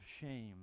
Shame